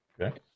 Okay